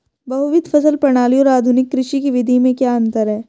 बहुविध फसल प्रणाली और आधुनिक कृषि की विधि में क्या अंतर है?